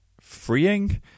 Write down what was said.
freeing